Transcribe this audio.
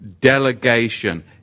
delegation